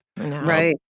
Right